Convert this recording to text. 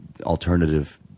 alternative